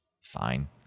Fine